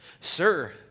Sir